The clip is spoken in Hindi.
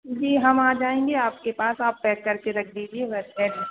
जी हम आ जाएँगे आपके पास आप पैक करके रख दीजिए बस एड्रे